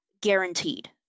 guaranteed